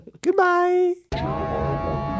Goodbye